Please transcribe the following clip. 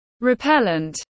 repellent